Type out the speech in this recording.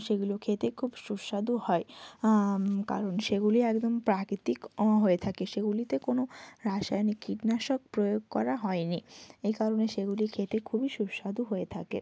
সেগুলো খেতে খুব সুস্বাদু হয় কারণ সেগুলি একদম প্রাকৃতিক হয়ে থাকে সেগুলিতে কোনো রাসায়নিক কীটনাশক প্রয়োগ করা হয়নি এই কারণে সেগুলি খেতে খুবই সুস্বাদু হয়ে থাকে